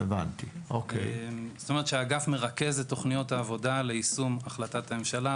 זאת אומרת שהאגף מרכז את תוכניות העבודה ליישום החלטת הממשלה,